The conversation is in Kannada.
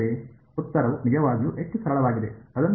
ಉತ್ತರವು ನಿಜವಾಗಿಯೂ ಹೆಚ್ಚು ಸರಳವಾಗಿದೆ ಅದನ್ನು ನೋಡಿ